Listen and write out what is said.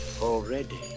already